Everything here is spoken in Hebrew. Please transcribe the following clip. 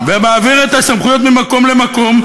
ומעביר את הסמכויות ממקום למקום.